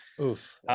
Oof